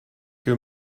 que